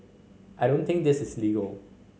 I don't think this is legal